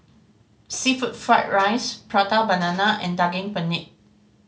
seafood fried rice Prata Banana and Daging Penyet